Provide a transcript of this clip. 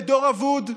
לדור אבוד,